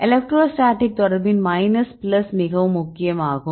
electrostatic தொடர்பின் minus plus மிகவும் முக்கியமாகும்